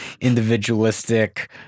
individualistic